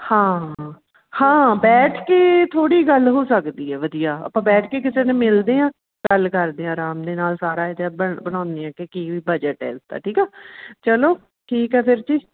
ਹਾਂ ਹਾਂ ਬੈਠ ਕੇ ਥੋੜ੍ਹੀ ਗੱਲ ਹੋ ਸਕਦੀ ਹੈ ਵਧੀਆ ਆਪਾਂ ਬੈਠ ਕੇ ਕਿਸੇ ਦਿਨ ਮਿਲਦੇ ਹਾਂ ਗੱਲ ਕਰਦੇ ਆਰਾਮ ਦੇ ਨਾਲ ਸਾਰਾ ਅਜਿਹਾ ਬ ਬਣਾਉਂਦੇ ਹਾਂ ਕਿ ਕੀ ਬਜਟ ਹੈ ਇਸਦਾ ਠੀਕ ਆ ਚਲੋ ਠੀਕ ਹੈ ਫਿਰ ਜੀ